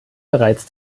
bereits